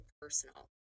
personal